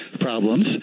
problems